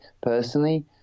personally